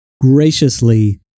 graciously